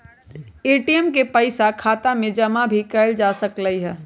ATM से पइसा खाता में जमा भी कएल जा सकलई ह